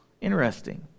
Interesting